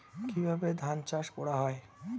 কিভাবে ধান চাষ করা হয়?